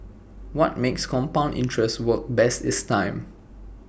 what makes compound interest work best is time